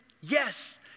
Yes